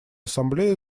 ассамблея